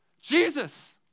Jesus